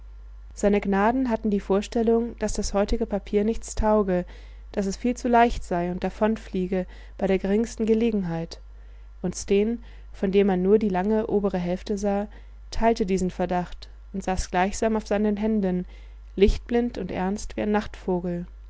seine gnaden hatten die vorstellung daß das heutige papier nichts tauge daß es viel zu leicht sei und davonfliege bei der geringsten gelegenheit und sten von dem man nur die lange obere hälfte sah teilte diesen verdacht und saß gleichsam auf seinen händen lichtblind und ernst wie ein